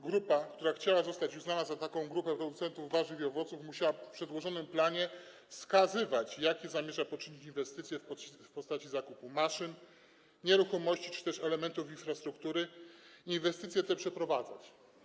Grupa, która chciała zostać uznana za taką grupę producentów warzyw i owoców, musiała w przedłożonym planie wskazać, jakie zamierza poczynić inwestycje w postaci zakupu maszyn, nieruchomości czy też elementów infrastruktury, i inwestycje te przeprowadzać.